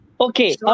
Okay